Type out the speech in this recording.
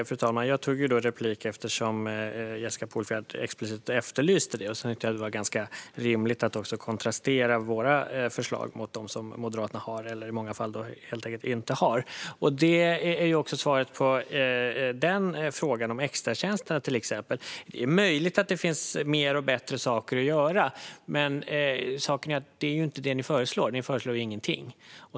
Fru talman! Jag begärde replik eftersom Jessica Polfjärd explicit efterlyste det. Jag tyckte att det var ganska rimligt att också kontrastera våra förslag mot dem som Moderaterna har eller i många fall helt enkelt inte har. Det är också svaret på frågan om extratjänsterna, till exempel. Det är möjligt att det finns mer och bättre saker att göra. Men saken är att ni inte föreslår det. Ni föreslår ingenting.